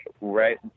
right